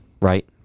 right